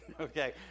Okay